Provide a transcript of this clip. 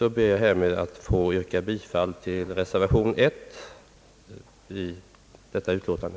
ber jag härmed att få yrka bifall till reservation nr 1 vid detta utlåtande.